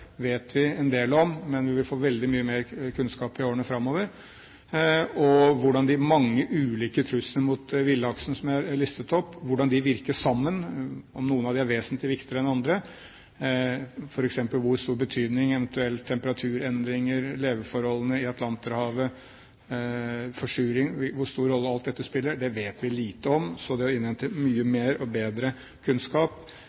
vet vi en del om, men vi vil få veldig mye mer kunnskap i årene framover – hvordan de mange ulike truslene mot villaksen som jeg har listet opp, vil virke sammen, om noen av dem er vesentlig viktigere enn andre, f.eks. hvilken betydning eventuelle temperaturendringer har, leveforholdene i Atlanterhavet, forsuring. Hvor stor rolle alt dette spiller, vet vi lite om, så det å innhente mye